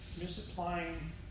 misapplying